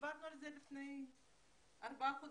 דיברנו על זה לפני ארבעה חודשים.